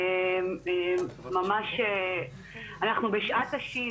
אנחנו בשעת השין,